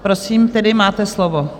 Prosím tedy, máte slovo.